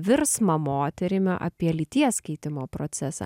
virsmą moterimi apie lyties keitimo procesą